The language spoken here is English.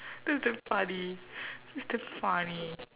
that's damn funny that's damn funny